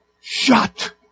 Shut